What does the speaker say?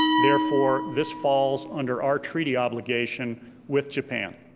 therefore this falls under our treaty obligation with japan,